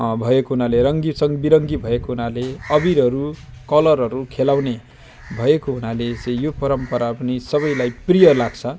भएको हुनाले रङ्गीचङ बिरङ्गी भएको हुनाले अबिरहरू कलरहरू खेलाउने भएको हुनाले चाहिँ यो परम्परा पनि सबैलाई प्रिय लाग्छ